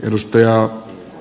edustaja